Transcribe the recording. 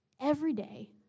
everyday